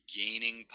gaining